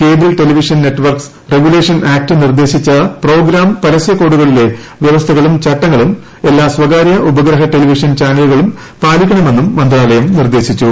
cable television networks regulation act നിർദ്ദേശിച്ച program പരസ്യകോഡുകളിലെ വ്യവസ്ഥകളും ചട്ടങ്ങളും എല്ലാ സ്വകാര്യ ഉപഗ്രഹ ടെലിവിഷൻ ചാനലുകളും പാ ലിക്കണമെന്നും മന്ത്രാലയം നിർദേശിച്ചു